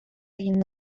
egin